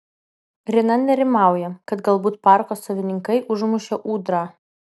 rina nerimauja kad galbūt parko savininkai užmušė ūdrą